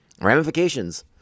ramifications